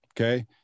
Okay